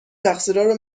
تقصیرارو